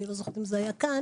לא זוכרת אם זה היה כאן